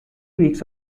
weeks